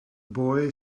boy